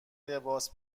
لباس